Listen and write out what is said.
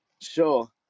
Sure